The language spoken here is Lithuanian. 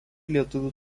lietuvių